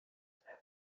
este